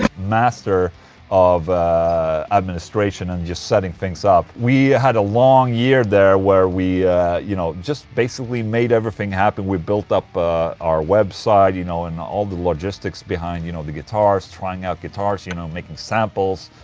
master of administration and just setting things up we had a long year there where we you know, just basically made everything happen we built up our website, you know, and all the logistics behind, you know, the guitars trying out guitars, you know, making samples.